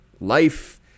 life